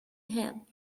him